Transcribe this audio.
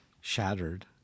shattered